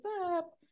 up